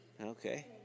okay